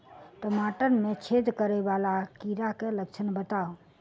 टमाटर मे छेद करै वला कीड़ा केँ लक्षण बताउ?